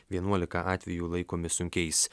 vienuolika atvejų laikomi sunkiais